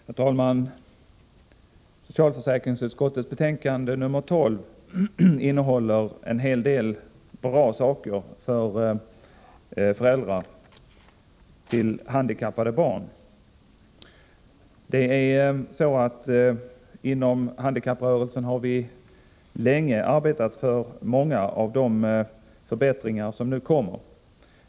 Herr talman! Socialförsäkringsutskottets betänkande nr 12 innehåller en hel del bra förslag till åtgärder för föräldrar till handikappade barn. Inom handikapprörelsen har vi länge arbetat för många av de förbättringar som nu föreslås.